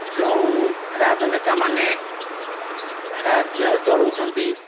ଯେଉଁ ରାଜନେତାମାନେ ରାଜ୍ୟ ଚଳାଉଛନ୍ତି